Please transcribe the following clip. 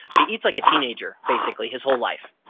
but he eats like a teenager basically his whole life.